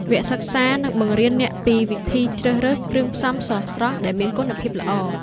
វគ្គសិក្សានឹងបង្រៀនអ្នកពីវិធីជ្រើសរើសគ្រឿងផ្សំស្រស់ៗដែលមានគុណភាពល្អ។